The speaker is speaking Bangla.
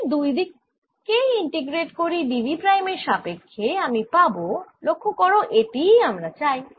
যদি দুই দিক কেই ইন্টিগ্রেট করি d V প্রাইম এর সাপেক্ষ্যে আমি পাবো লক্ষ্য করো এটিই আমরা চাই